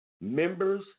members